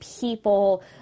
people